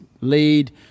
lead